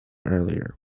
earlier